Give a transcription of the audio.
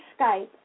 Skype